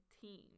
team